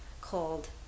called